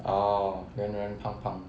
orh 圆圆胖胖